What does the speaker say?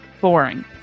boring